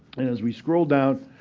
and as we scroll down,